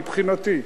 מבחינתי.